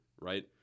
right